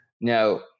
Now